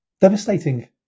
Devastating